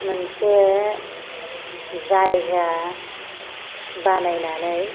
मोनसे जायगा बानायनानै